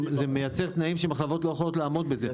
זה מייצר תנאים שהמחלבות לא יכולות לעמוד בזה.